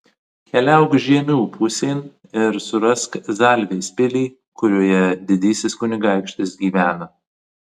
keliauk žiemių pusėn ir surask zalvės pilį kurioje didysis kunigaikštis gyvena